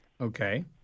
Okay